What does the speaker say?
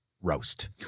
roast